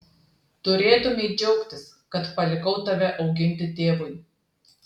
turėtumei džiaugtis kad palikau tave auginti tėvui